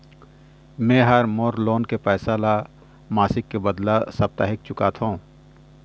में ह मोर लोन के पैसा ला मासिक के बदला साप्ताहिक चुकाथों